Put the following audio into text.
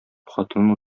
хатынын